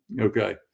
okay